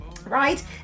right